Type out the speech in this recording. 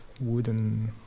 wooden